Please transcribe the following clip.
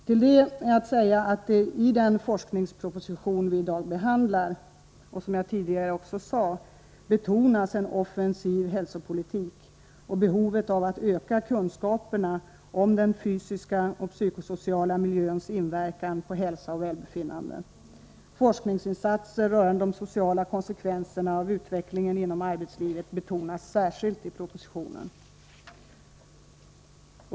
Till detta är att säga att i den forskningsproposition vi i dag behandlar betonas en offensiv folkhälsopolitik och behovet av att öka kunskaperna om den fysiska och psykosociala miljöns inverkan på hälsa och välbefinnande. Forskningsinsatserna rörande de sociala konsekvenserna av utvecklingen inom arbetslivet betonas särskilt i propositionen.